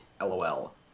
lol